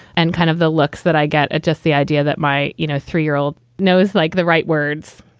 and kind of the looks that i get at just the idea that my, you know, three year old knows like the right words.